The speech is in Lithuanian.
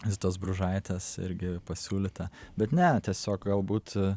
zitos bružaitės irgi pasiūlyta bet ne tiesiog galbūt